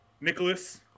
Nicholas